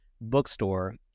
bookstore